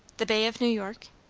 the bay of new york?